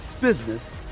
business